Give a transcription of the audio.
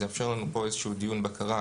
זה יאפשר לנו פה איזשהו דיון בקרה,